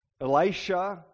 Elisha